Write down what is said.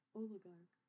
oligarch